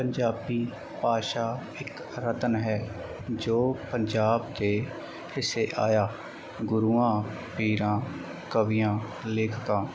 ਪੰਜਾਬੀ ਭਾਸ਼ਾ ਇੱਕ ਰਤਨ ਹੈ ਜੋ ਪੰਜਾਬ ਦੇ ਹਿੱਸੇ ਆਇਆ ਗੁਰੂਆਂ ਪੀਰਾਂ ਕਵੀਆਂ ਲੇਖਕਾਂ